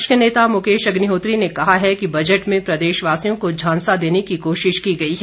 विपक्ष के नेता मुकेश अग्निहोत्री ने कहा है कि बजट में प्रदेशवासियों को झांसा देने की कोशिश की गई है